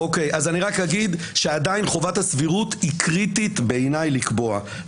אני רק אגיד שעדיין חובת הסבירות היא קריטית בעיניי וצריך לקבוע.